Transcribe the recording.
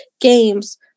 games